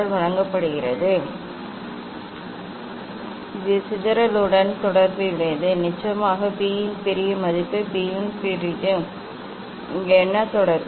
இது ப்ரிஸத்தின் இந்த பொருளின் இந்த ஒளிவிலகல் குறியீட்டுடன் மற்றும் ஒளியின் அலைநீளத்துடன் தொடர்புடையது இது இது இது சிதறலுடன் தொடர்புடையது மற்றும் நிச்சயமாக B இன் பெரிய மதிப்பு B இன் மதிப்பு பெரியது இங்கே என்ன தொடர்பு